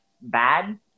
bad